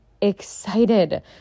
excited